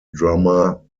drummer